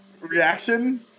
reaction